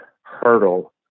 hurdle